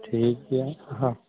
ᱴᱷᱤᱠᱜᱮᱭᱟ ᱦᱚᱸ